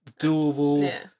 doable